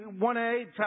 1A